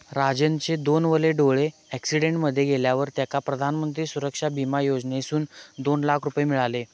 राजनचे दोनवले डोळे अॅक्सिडेंट मध्ये गेल्यावर तेका प्रधानमंत्री सुरक्षा बिमा योजनेसून दोन लाख रुपये मिळाले